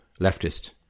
leftist